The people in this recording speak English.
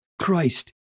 Christ